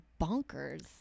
bonkers